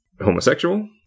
homosexual